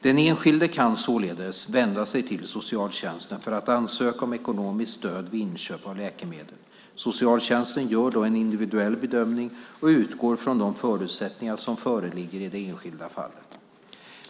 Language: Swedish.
Den enskilde kan således vända sig till socialtjänsten för att ansöka om ekonomiskt stöd vid inköp av läkemedel. Socialtjänsten gör då en individuell bedömning och utgår ifrån de förutsättningar som föreligger i det enskilda fallet.